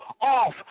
off